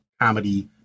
comedy